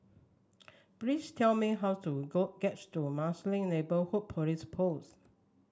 please tell me how to go gets to Marsiling Neighbourhood Police Post